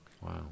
Wow